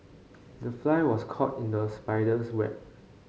the fly was caught in the spider's web